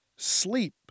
sleep